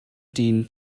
dyn